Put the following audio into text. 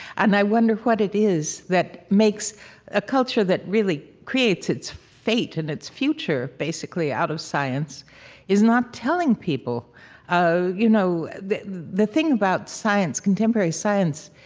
and i wonder what it is that makes a culture that really creates its fate and its future, basically, out of science is not telling people you know the the thing about science, contemporary science,